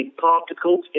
particles